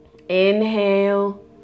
inhale